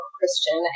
Christian